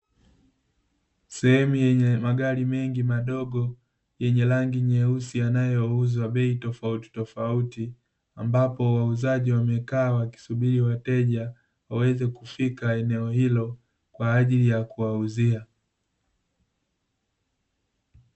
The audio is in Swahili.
Sehemu yenye magari mengi madogo yenye rangi nyeusi, yanayo uzwa bei tofauti tofauti ambapo wauzaji wamekaa wakisubiri wateja waweze kufika eneo hilo kwaajili ya kuwauzia.